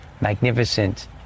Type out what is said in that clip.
magnificent